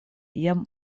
jam